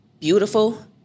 beautiful